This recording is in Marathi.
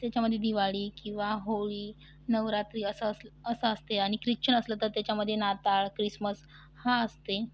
त्याच्यामध्ये दिवाळी किंवा होळी नवरात्री असं असलं असं असते आणि ख्रिश्चन असलं तर त्याच्यामध्ये नाताळ ख्रिसमस हा असते